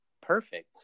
perfect